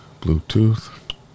Bluetooth